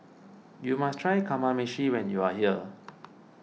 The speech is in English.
you must try Kamameshi when you are here